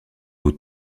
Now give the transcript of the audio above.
aux